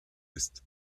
ist